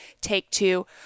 Take-Two